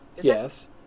Yes